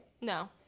No